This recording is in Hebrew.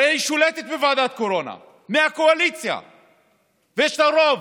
הרי היא שולטת בוועדת קורונה עם הקואליציה ויש לה רוב.